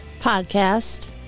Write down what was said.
Podcast